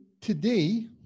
today